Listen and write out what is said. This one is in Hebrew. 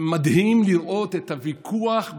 זה מדהים לראות את הוויכוח ביניהם.